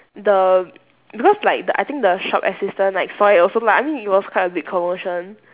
the because like the I think the shop assistant like saw it also lah I mean it was quite a big commotion